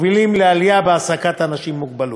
מובילות לעלייה בהעסקת אנשים עם מוגבלות.